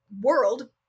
world